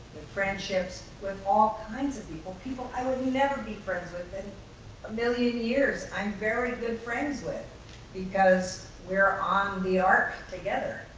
friendships with all kinds of people. people i would never be friends with in a million years i'm very good friends with because we're on the ark together.